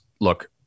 look